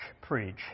preach